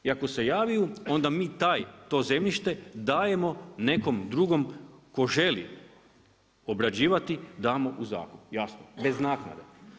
I ako se jave, onda mi to zemljište dajemo nekom drugom tko želi obrađivati, damo u zakup, jasno, bez naknade.